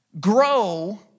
grow